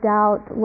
Doubt